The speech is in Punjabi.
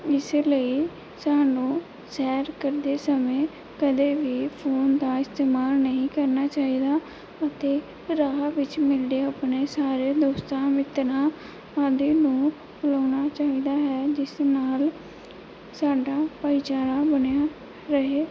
ਇਸ ਲਈ ਸਾਨੂੰ ਸੈਰ ਕਰਦੇ ਸਮੇਂ ਕਦੇ ਵੀ ਫੋਨ ਦਾ ਇਸਤੇਮਾਲ ਨਹੀਂ ਕਰਨਾ ਚਾਹੀਦਾ ਅਤੇ ਰਾਹ ਵਿੱਚ ਮਿਲਦੇ ਆਪਣੇ ਸਾਰੇ ਦੋਸਤਾਂ ਮਿੱਤਰਾਂ ਆਦਿ ਨੂੰ ਬੁਲਾਉਣਾ ਚਾਹੀਦਾ ਹੈ ਜਿਸ ਨਾਲ ਸਾਡਾ ਭਾਈਚਾਰਾ ਬਣਿਆ ਰਹੇ